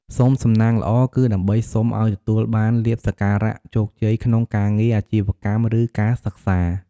សុំសំណាងល្អ គឺដើម្បីសុំឱ្យ ទទួលបានលាភសក្ការៈ ជោគជ័យក្នុងការងារ អាជីវកម្ម ឬ ការសិក្សា។